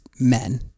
men